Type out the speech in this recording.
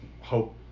hope